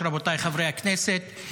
רבותיי חברי הכנסת,